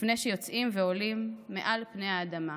/ לפני שיוצאים ועולים / מעל פני האדמה".